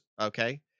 Okay